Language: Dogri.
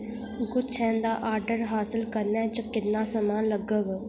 गुच्छें दा ऑर्डर हासल करने च किन्ना समां लग्गग